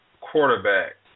quarterback